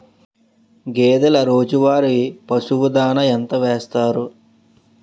గేదెల రోజువారి పశువు దాణాఎంత వేస్తారు?